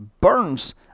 burns